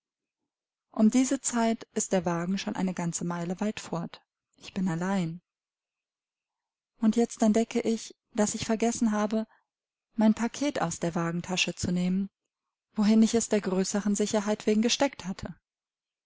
um diese zeit ist der wagen schon eine ganze meile weit fort ich bin allein und jetzt entdecke ich daß ich vergessen habe mein packet aus der wagentasche zu nehmen wohin ich es der größeren sicherheit wegen gesteckt hatte